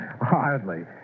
hardly